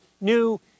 new